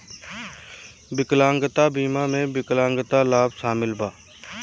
विकलांगता बीमा में विकलांगता लाभ शामिल बा